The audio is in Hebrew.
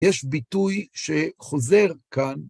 יש ביטוי שחוזר כאן.